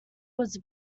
was